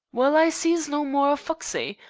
well, i sees no more of foxey.